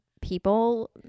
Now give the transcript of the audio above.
people